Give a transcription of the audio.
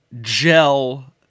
gel